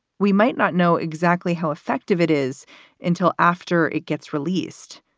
we might not know exactly how effective it is until after it gets released.